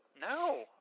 No